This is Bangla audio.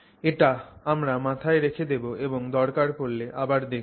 এটা আমরা মাথায় রেখে দেব এবং দরকার পড়লে আবার দেখবো